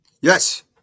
Yes